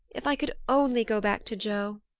if i could only go back to joe!